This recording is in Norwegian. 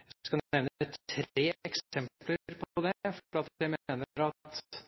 Jeg skal nevne tre eksempler på det. Jeg mener at min erfaring fra Justisdepartementet gjennom de siste årene er at